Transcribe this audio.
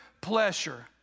pleasure